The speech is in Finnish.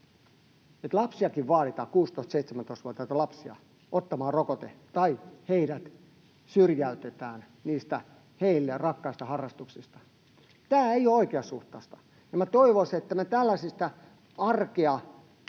lapsia, vaaditaan ottamaan rokote tai heidät syrjäytetään niistä heille rakkaista harrastuksista. Tämä ei ole oikeasuhtaista. Ja minä toivoisin, että me tällaisista arkea